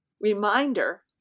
reminder